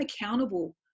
accountable